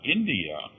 India